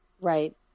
Right